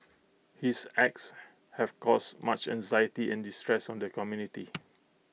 his acts have caused much anxiety and distress on the community